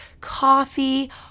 coffee